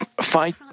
fight